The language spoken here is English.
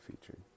featured